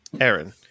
Aaron